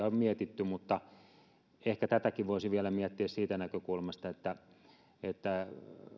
on mietitty mutta ehkä tätäkin voisi vielä miettiä siitä näkökulmasta että